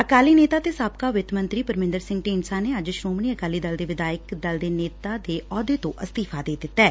ਅਕਾਲੀ ਨੇਤਾ ਤੇ ਸਾਬਕਾ ਵਿੱਤ ਮੰਤਰੀ ਪਰਮੰਦਰ ਸੰਘ ਢੀਡਸਾ ਨੇ ਅੱਜ ਸ੍ਰੋਮਣੀ ਅਕਾਲੀ ਦਲ ਦੇ ਵਿਧਾਇਕ ਦਲ ਦੇ ਨੇਤਾ ਦੇ ਅਹੁੱਦੇ ਤੋਂ ਅਸਤੀਫਾ ਦੇ ਦਿੱਤੈ